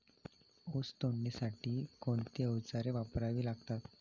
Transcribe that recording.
ऊस तोडणीसाठी कोणती अवजारे वापरावी लागतात?